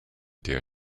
dear